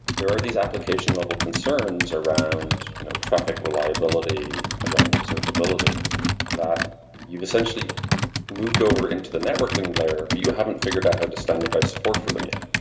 there are these application level concerns around you know traffic reliability around observability that you've essentially moved over into the networking layer but you haven't figured out how to standardize work for them yet.